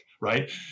right